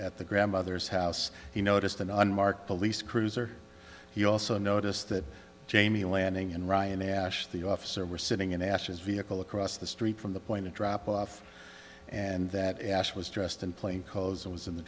at the grandmother's house he noticed an unmarked police cruiser he also noticed that jamie and landing in ryan ash the officer were sitting in ashes vehicle across the street from the point of drop off and that ash was dressed in plain clothes